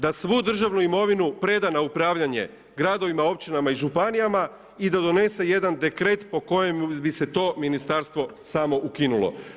Da svu državnu imovinu preda na upravljanje gradovima, općinama i županijama i da donese jedan dekret po kojem bi se to ministarstvo samo ukinulo.